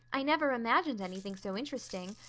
i never imagined anything so interesting.